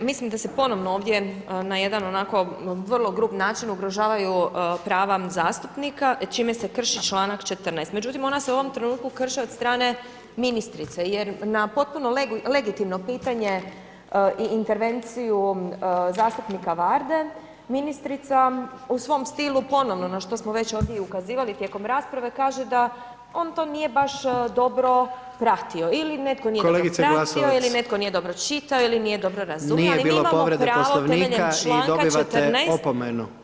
Mislim da se ponovno ovdje na jedan onako vrlo grub način ugrožavaju prava zastupnika čime se krši članak 14. međutim ona se u ovom trenutku krše od strane ministrice jer na potpuno legitimno pitanje i intervenciju zastupnika Varde, ministrica u svom stilu ponovno ono što smo već ovdje i ukazivali tijekom rasprave, kaže da on to nije baš dobro pratio ili netko nije pratio [[Upadica predsjednik: Kolegice Glasovac.]] ili netko nije dobro čitao ili nije dobro razumio [[Upadica predsjednik: Nije bilo povrede Poslovnika….]] ali mi imamo pravo temeljem članka 14.